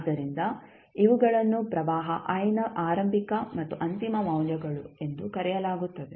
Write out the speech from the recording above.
ಆದ್ದರಿಂದ ಇವುಗಳನ್ನು ಪ್ರವಾಹ i ನ ಆರಂಭಿಕ ಮತ್ತು ಅಂತಿಮ ಮೌಲ್ಯಗಳು ಎಂದು ಕರೆಯಲಾಗುತ್ತದೆ